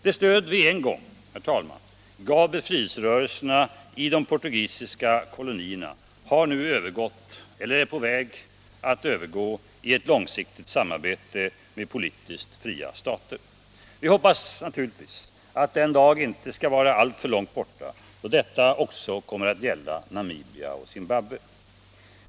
Det stöd vi en gång gav befrielserörelserna i de portugisiska kolonierna har nu övergått eller är på väg att övergå i ett långsiktigt samarbete med politiskt fria stater. Vi hoppas naturligtvis att den dag inte skall vara alltför långt borta då detta också kommer att gälla Namibia och Zimbabwe.